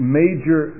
major